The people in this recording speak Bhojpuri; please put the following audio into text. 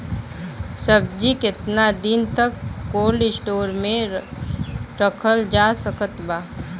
सब्जी केतना दिन तक कोल्ड स्टोर मे रखल जा सकत बा?